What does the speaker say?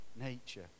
nature